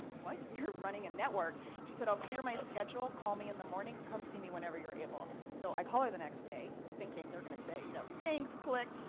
what? you're running a network. she said i'll clear my schedule, call me in the morning, come see me whenever you're able. so i call her the next day thinking they're going to say you know thanks, click.